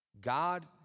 God